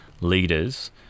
leaders